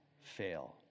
fail